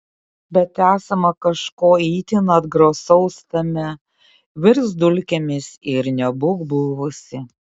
bet esama kažko itin atgrasaus tame virsk dulkėmis ir nebūk buvusi